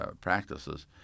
practices